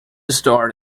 starred